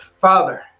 Father